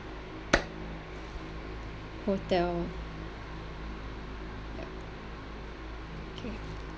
hotel yup okay